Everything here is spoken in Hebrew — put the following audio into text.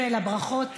לברכות,